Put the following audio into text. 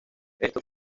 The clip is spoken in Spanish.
esto